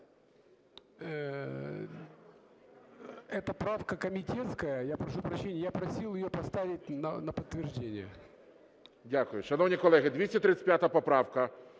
Дякую. Шановні колеги, 235 поправка.